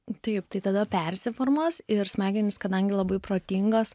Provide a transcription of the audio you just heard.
taip tai tada persiformuos ir smegenys kadangi labai protingos